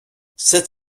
sept